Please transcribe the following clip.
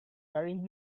wearing